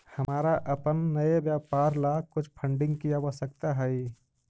हमारा अपन नए व्यापार ला कुछ फंडिंग की आवश्यकता हई